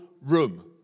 room